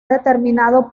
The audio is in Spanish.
determinado